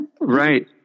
Right